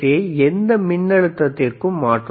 யை எந்த மின்னழுத்தத்திற்கும் மாற்றும்